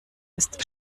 ist